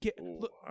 Look